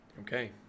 Okay